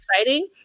exciting